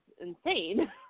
insane